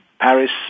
Paris